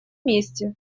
месте